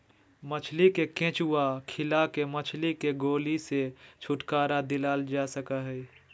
मछली के केंचुआ खिला के मछली के गोली से छुटकारा दिलाल जा सकई हई